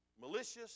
malicious